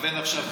מכוון עכשיו,